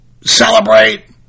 celebrate